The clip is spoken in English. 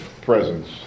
presence